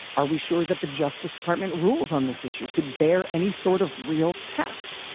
are we sure that the justice department rules on this issue could bear any sort of real test?